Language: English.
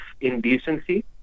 indecency